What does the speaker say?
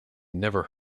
never